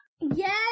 Yes